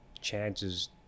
chances